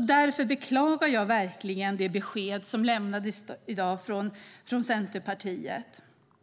Därför beklagar jag verkligen det besked som lämnades i dag från Centerpartiet.